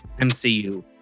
MCU